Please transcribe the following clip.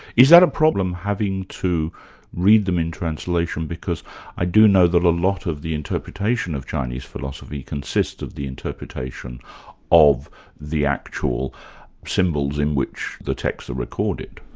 is that a problem, having to read them in translation? because i do know that a lot of the interpretation of chinese philosophy consists of the interpretation of the actual symbols in which the texts are recorded.